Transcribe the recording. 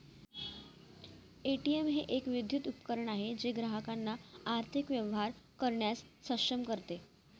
ATM हे एक विद्युत उपकरण आहे जे ग्राहकांना आर्थिक व्यवहार करण्यास सक्षम करते